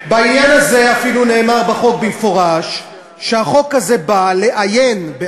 בעניין הזה אפילו נאמר בחוק במפורש שהחוק הזה בא לאיין